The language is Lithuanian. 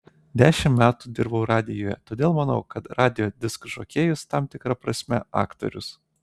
dešimt metų dirbau radijuje todėl manau kad radijo diskžokėjus tam tikra prasme aktorius